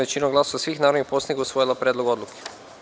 većinom glasova svih narodnih poslanika usvojila Predlog odluke.